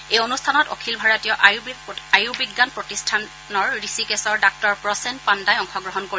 এই অনুষ্ঠানত অখিল ভাৰতীয় আয়ুৰ্বিজ্ঞান প্ৰতিষ্ঠান ঋষিকেশৰ ডাঃ প্ৰসেন পাণ্ডাই অংশগ্ৰহণ কৰিব